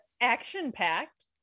action-packed